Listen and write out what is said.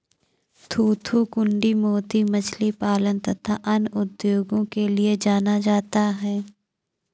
थूथूकुड़ी मोती मछली पालन तथा अन्य उद्योगों के लिए जाना जाता है